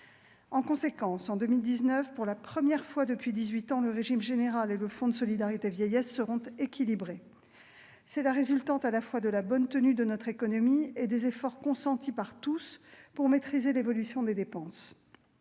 En conséquence, en 2019, pour la première fois depuis dix-huit ans, les comptes du régime général et ceux du Fonds de solidarité vieillesse seront équilibrés. Cela résulte à la fois de la bonne tenue de notre économie et des efforts consentis par tous pour maîtriser l'évolution des dépenses.